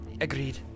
Agreed